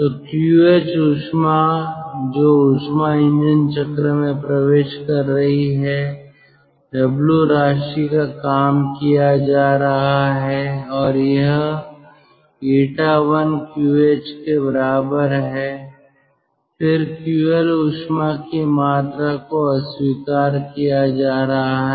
तो QH उष्मा जो ऊष्मा इंजन चक्र में प्रवेश कर रही है W राशि का काम किया जा रहा है और यह 𝜂I QH के बराबर है फिर QL उष्मा की मात्रा को अस्वीकार किया जा रहा है